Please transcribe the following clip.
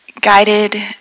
guided